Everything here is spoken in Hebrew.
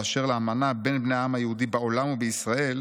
באשר לאמנה בין בני העם היהודי בעולם ובישראל,